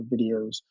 videos